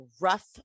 rough